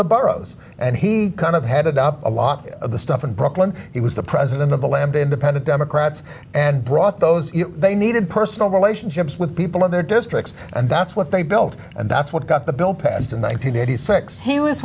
the boroughs and he kind of headed up a lot of the stuff in brooklyn he was the president of the land independent democrats and brought those they needed personal relationships with people in their districts and that's what they built and that's what got the bill passed in